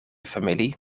familie